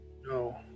No